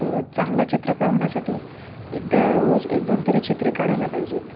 त चांगला चित्रकार होण्यासाठी एकदा रोज एकदोन तरी चित्रे काढायला पाहिजेत